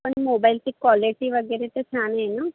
पण मोबाईलची क्वालिटी वगैरे तर छान आहे नं